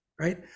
right